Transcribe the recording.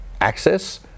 access